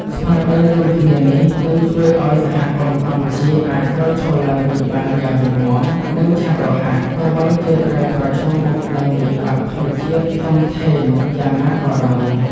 ស្មារតីរួមគ្នានេះ នឹងជួយឱ្យសហគមន៍កម្ពុជាអាចក្រោកឈរឡើងវិញបានយ៉ាងរឹងមាំ និងឆាប់រហ័ស ទោះបីជាត្រូវប្រឈមមុខនឹងវិបត្តិធម្មជាតិធំធេងយ៉ាងណាក៏ដោយ។